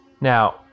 Now